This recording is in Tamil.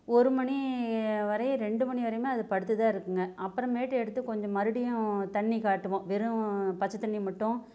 ஒரு மணி வரை ரெண்டு மணி வரையுமே அது படுத்துதான் இருக்குங்க அப்புறமேட்டு எடுத்து கொஞ்சம் மறுபடியும் தண்ணி காட்டுவோம் வெறும் பச்சத்தண்ணியை மட்டும்